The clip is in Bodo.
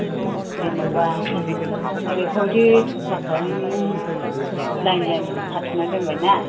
जेनेबा बेखौदि थफ्ला खालामनानै लाइन लाइन खाथुमना दोनबाय ना